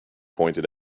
pointed